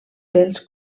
pels